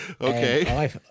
Okay